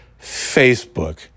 Facebook